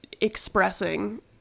expressing